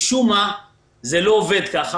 משום מה זה לא עובד כך כעת,